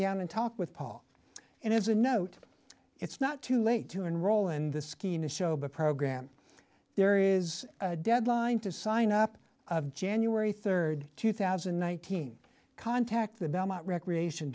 down and talk with paul and it's a note it's not too late to enroll in the scheme a show but program there is a deadline to sign up of january rd two thousand and nineteen contact the belmont recreation